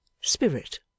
Spirit